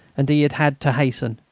and he had had to hasten.